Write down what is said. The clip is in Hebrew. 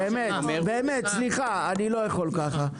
באמת, סליחה, אני לא יכול ככה.